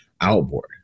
outboard